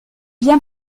bien